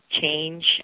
change